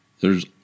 There's